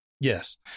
Yes